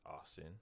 Austin